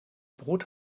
brot